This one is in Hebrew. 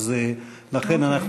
לכן, אוקיי.